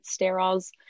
sterols